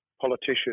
politician